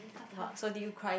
!wah! so did you cry